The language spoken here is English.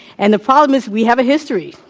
and the problem is, we have a history.